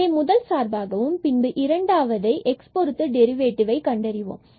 இதை முதல் சார்பாகவும் பின்பு இரண்டாவதை x பொருத்த டெரிவேட்டிவ் என கண்டறிவோம்